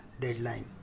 deadline